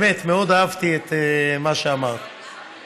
באמת מאוד אהבתי את מה שאמרת,